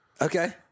Okay